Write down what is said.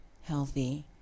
healthy